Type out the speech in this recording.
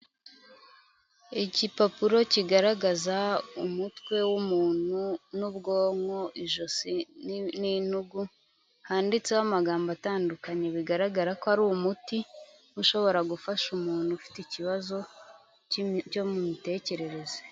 Igipapuro kigaragaza umutwe w'umuntu n'ubwonko ijosi n'intugu, handitseho amagambo atandukanye bigaragara ko ari umuti ushobora gufasha umuntu ufite ikibazo cyo mu mitekerereze.